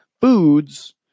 foods